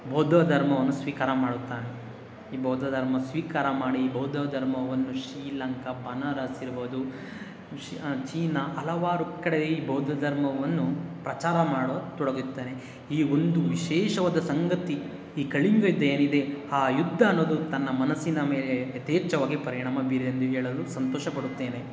ಬೌದ್ಧ ಧರ್ಮವನ್ನು ಸ್ವೀಕಾರ ಮಾಡುತ್ತಾನೆ ಈ ಬೌದ್ಧ ಧರ್ಮ ಸ್ವೀಕಾರ ಮಾಡಿ ಬೌದ್ಧ ಧರ್ಮವನ್ನು ಶ್ರೀಲಂಕಾ ಬನಾರಸ್ ಇರ್ಬೋದು ವಿಶ್ ಚೀನಾ ಹಲವಾರು ಕಡೆ ಈ ಬೌದ್ಧ ಧರ್ಮವನ್ನು ಪ್ರಚಾರ ಮಾಡ ತೊಡಗುತ್ತಾನೆ ಈ ಒಂದು ವಿಶೇಷವಾದ ಸಂಗತಿ ಈ ಕಳಿಂಗ ಯುದ್ಧ ಏನಿದೆ ಆ ಯುದ್ಧ ಅನ್ನೋದು ತನ್ನ ಮನಸ್ಸಿನ ಮೇಲೆ ಯಥೇಚ್ಛವಾಗಿ ಪರಿಣಾಮ ಬೀರಿದೆ ಎಂದು ಹೇಳಲು ಸಂತೋಷ ಪಡುತ್ತೇನೆ